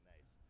Nice